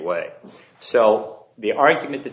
way so the argument t